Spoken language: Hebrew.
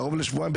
קרוב לשבועיים,